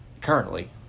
currently